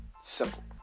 Simple